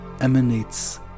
emanates